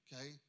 okay